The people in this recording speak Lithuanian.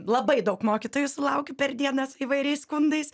labai daug mokytojų sulaukiu per dienas įvairiais skundais